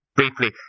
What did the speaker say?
briefly